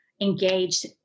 engaged